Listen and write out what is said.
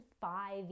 five